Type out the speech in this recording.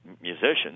musicians